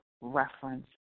reference